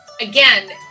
again